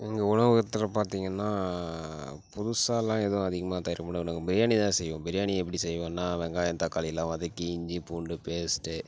எங்கள் உணவகத்தில் பார்த்தீங்கன்னா புதுசாகலாம் எதுவும் அதிகமாக தயார் பண்ணல நாங்கள் பிரியாணி தான் செய்வோம் பிரியாணி எப்படி செய்வோன்னா வெங்காயம் தக்காளிலாம் வதக்கி இஞ்சி பூண்டு பேஸ்ட்டு